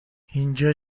اینجا